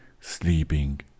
sleeping